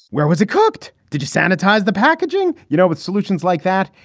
where was it cooked? did you sanitize the packaging? you know, with solutions like that,